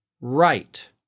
right